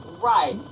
Right